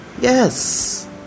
Yes